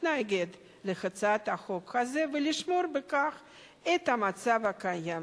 להתנגד להצעת החוק הזאת ולשמור בכך את המצב הקיים.